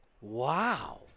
Wow